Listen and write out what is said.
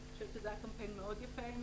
אני חושבת שזה היה קמפיין מאוד יפה,